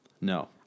No